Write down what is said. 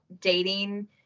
dating